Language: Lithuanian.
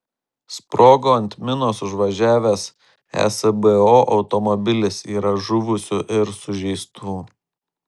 sprogo ant minos užvažiavęs esbo automobilis yra žuvusių ir sužeistų